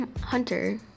Hunter